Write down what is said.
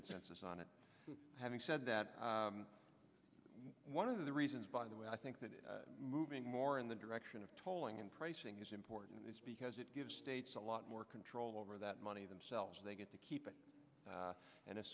consensus on it having said that one of the reasons by the way i think that is moving more in the direction of tolling and pricing is important is because it gives states a lot more control over that money themselves they get to keep it and